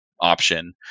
option